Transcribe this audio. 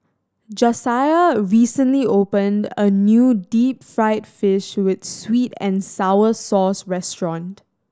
Jasiah recently opened a new deep fried fish with sweet and sour sauce restaurant